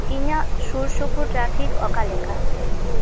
ᱤᱧᱟᱹᱜ ᱥᱩᱨᱥᱩᱯᱩᱨ ᱴᱨᱟᱯᱷᱤᱠ ᱚᱠᱟᱞᱮᱠᱟ